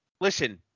listen